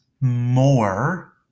more